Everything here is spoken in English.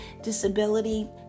disability